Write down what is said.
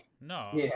no